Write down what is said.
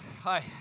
Hi